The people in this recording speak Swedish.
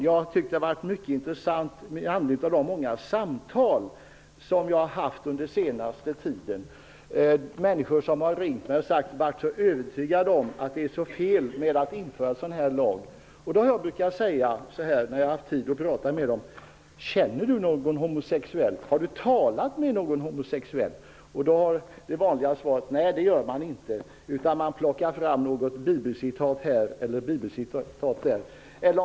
Jag har tyckt att det varit mycket intressant med de många samtal som jag har haft den senaste tiden. Människor har ringt mig och varit övertygade om att det är fel att införa en sådan här lag. Då har jag brukat säga, när jag har haft tid att prata med dem: Känner du någon homosexuell? Har du talat med någon homosexuell? Då är det vanliga svaret att det gör man inte. Man plockar fram något bibelcitat här eller bibelcitat där.